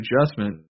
adjustment